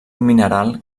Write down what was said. mineral